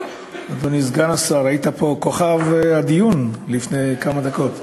אדוני סגן השר, היית פה כוכב הדיון לפני כמה דקות.